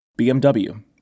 BMW